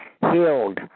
healed